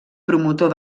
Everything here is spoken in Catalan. promotor